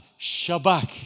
Shabbat